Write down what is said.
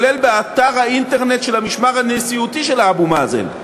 כולל באתר האינטרנט של המשמר הנשיאותי של אבו מאזן,